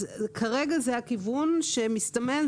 אז כרגע זה הכיוון שמסתמן,